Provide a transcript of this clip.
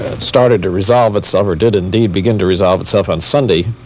started to resolve itself, or did, indeed, begin to resolve itself on sunday.